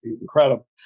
incredible